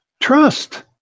Trust